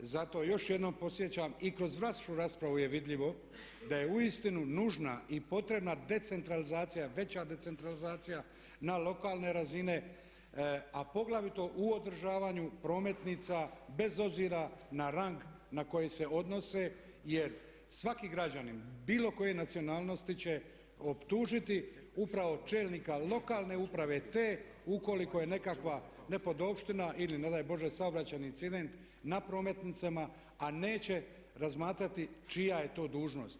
Zato još jednom podsjećam, i kroz vašu raspravu je vidljivo, da je uistinu nužna i potrebna decentralizacija, veća decentralizacija na lokalne razine, a poglavito u održavanju prometnica bez obzira na rang na koji se odnose jer svaki građanin bilo koje nacionalnosti će optužiti upravo čelnika lokalne uprave te ukoliko je nekakva nepodopština ili ne daj Bože saobraćajni incident na prometnicama a neće razmatrati čija je to dužnost.